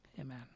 amen